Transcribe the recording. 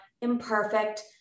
imperfect